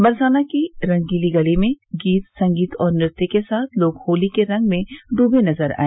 बरसाना की रंगीली गली में गीत संगीत और नृत्य के साथ लोग होली के रंग में डूबे नजर आए